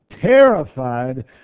terrified